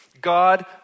God